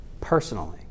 Personally